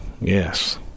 Yes